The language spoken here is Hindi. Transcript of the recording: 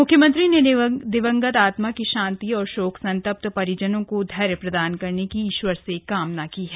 मुख्यमंत्री ने दिवंगत आत्मा की शांति और शोक संतप्त परिजनों को धैर्य प्रदान करने की ईश्वर से प्रार्थना की है